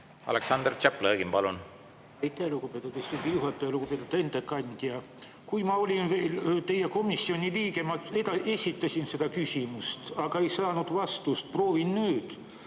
Aleksandr Tšaplõgin, palun!